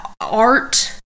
art